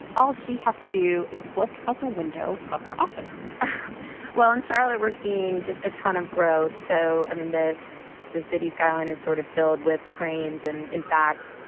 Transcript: all she has to do is look out the window of her office well, in charlotte, we're seeing just a ton of growth, so, i mean, the the city skyline is sort of filled with cranes. and, in fact,